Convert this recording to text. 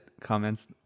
comments